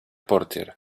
portier